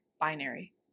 binary